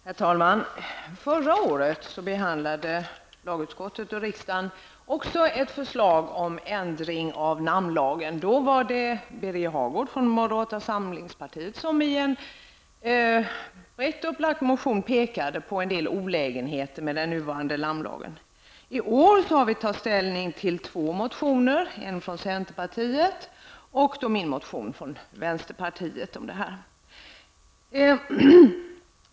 Herr talman! Också förra året behandlade lagutskottet och riksdagen ett förslag om ändring av namnlagen. Då var det Birger Hagård från moderata samlingspartiet som i en brett upplagd motion pekade på en del olägenheter med den nuvarande namnlagen. I år har vi tagit ställning till två motioner, en från centerpartiet och min från vänsterpartiet, om det här.